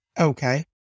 Okay